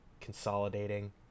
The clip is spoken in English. consolidating